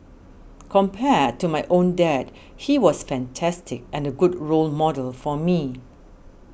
compared to my own dad he was fantastic and a good role model for me